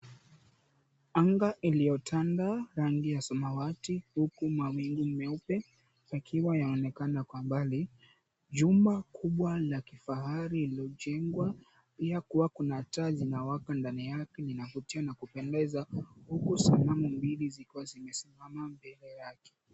Anga iliyotanda rangi ya samawati huku mawingu meupe yakiwa yaonekana kwa mbali, jumba kubwa la kifahari lililojengwa kuna taa zinawaka ndani yake inavutia na kupendeza huku sanamu mbili zikiwa zimesimama mbele yake.